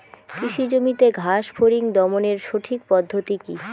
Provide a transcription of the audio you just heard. কৃষি জমিতে ঘাস ফরিঙ দমনের সঠিক পদ্ধতি কি?